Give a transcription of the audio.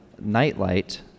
nightlight